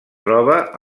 troba